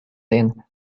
thin